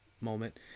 moment